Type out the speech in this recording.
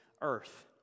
earth